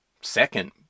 Second